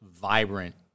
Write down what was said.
vibrant